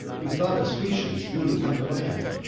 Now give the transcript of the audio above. who thought us grecians newly come to land.